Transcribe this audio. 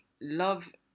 love